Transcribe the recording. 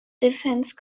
defence